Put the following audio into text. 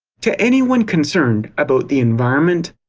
to anyone concerned about the environment,